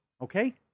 okay